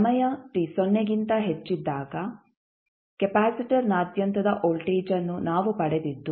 ಸಮಯ t ಸೊನ್ನೆಗಿಂತ ಹೆಚ್ಚಿದ್ದಾಗ ಕೆಪಾಸಿಟರ್ನಾದ್ಯಂತದ ವೋಲ್ಟೇಜ್ಅನ್ನು ನಾವು ಪಡೆದಿದ್ದು